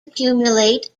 accumulate